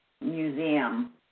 Museum